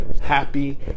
happy